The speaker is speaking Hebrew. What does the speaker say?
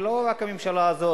ולא רק הממשלה הזאת,